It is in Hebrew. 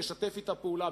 משתף אתה פעולה.